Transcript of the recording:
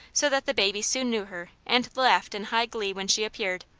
so that the baby soon knew her and laughed in high glee when she appeared.